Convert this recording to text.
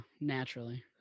naturally